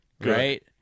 right